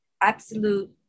absolute